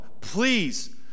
please